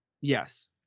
yes